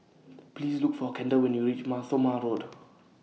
Please Look For Kendall when YOU REACH Mar Thoma Road